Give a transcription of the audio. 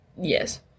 yes